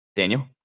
Daniel